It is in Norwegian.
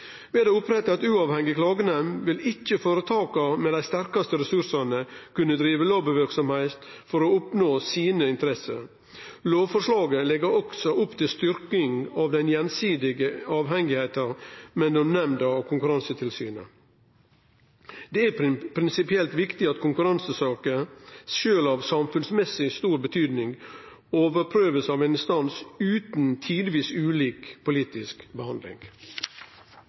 uavhengig klagenemnd vil ikkje føretaka med dei største ressursane kunne drive lobbyverksemd for å oppnå sine interesser. Lovforslaget legg også opp til styrking av den gjensidige avhengigheita mellom nemnda og Konkurransetilsynet. Det er prinsipielt viktig at konkurransesaker, sjølv av samfunnsmessig stor betyding, blir overprøvde av ein instans utan tidvis ulik politisk